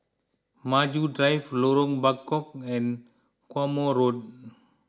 Maju Drive Lorong Bachok and Quemoy Road